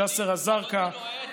ג'יסר א-זרקא,